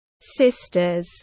sisters